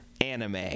anime